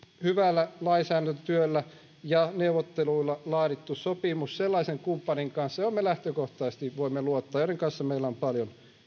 hyvällä lainsäädäntötyöllä ja neuvotteluilla laadittu sopimus sellaisten kumppanien kanssa joihin me lähtökohtaisesti voimme luottaa ja joiden kanssa meillä on paljon